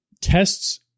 tests